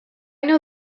know